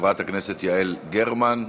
חברת הכנסת יעל גרמן,